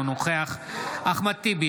אינו נוכח אחמד טיבי,